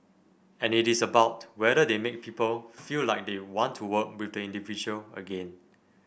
and it is about whether they make people feel like they want to work with the individual again